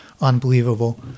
Unbelievable